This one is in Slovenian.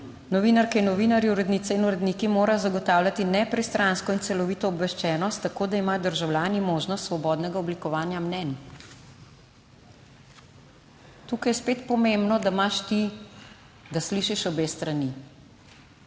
»Novinarke in novinarji, urednice in uredniki morajo zagotavljati nepristransko in celovito obveščenost 78. TRAK: (VP) 16.30 (nadaljevanje) tako, da imajo državljani možnost svobodnega oblikovanja mnenj. Tukaj je spet pomembno, da imaš ti, da slišiš obe strani